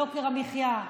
יוקר המחיה,